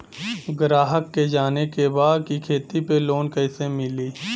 ग्राहक के जाने के बा की खेती पे लोन कैसे मीली?